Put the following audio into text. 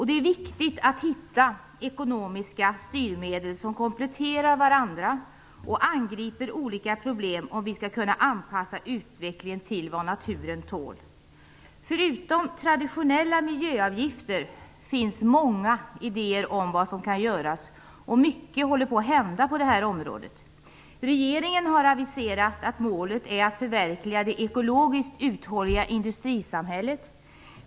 Det är viktigt att hitta ekonomiska styrmedel som kompletterar varandra och som angriper olika problem, om vi skall kunna anpassa utvecklingen till det som naturen tål. Förutom traditionella miljöavgifter finns många idéer om vad som kan göras. Mycket håller på att hända på detta område. Regeringen har aviserat att målet är att förverkliga det ekologiskt uthålliga industrisamhället.